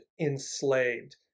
enslaved